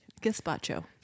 Gazpacho